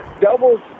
doubles